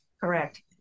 Correct